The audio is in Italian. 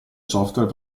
software